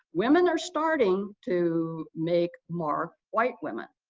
women are starting to make more, white women,